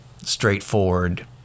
straightforward